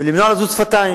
וכדי למנוע לזות שפתיים.